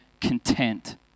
content